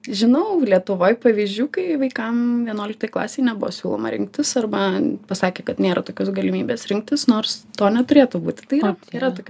žinau lietuvoj pavyzdžių kai vaikam vienuoliktoj klasėj nebuvo siūloma rinktis arba pasakė kad nėra tokios galimybės rinktis nors to neturėtų būti tai yra yra tokių